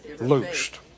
loosed